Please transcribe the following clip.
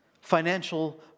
financial